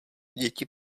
děti